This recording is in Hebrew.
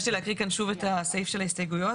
את הסעיף של ההסתייגויות.